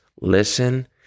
listen